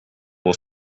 will